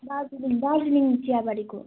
दार्जिलिङ दार्जिलिङ चियाबारीको